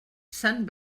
sant